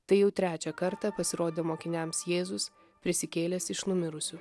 tai jau trečią kartą pasirodė mokiniams jėzus prisikėlęs iš numirusių